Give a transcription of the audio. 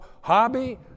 hobby